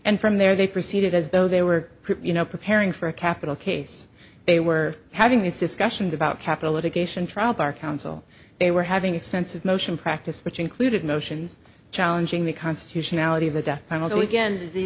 and from there they proceeded as though they were you know preparing for a capital case they were having these discussions about capital at a geisha trial bar council they were having extensive motion practice which included motions challenging the constitutionality of the death penalty again the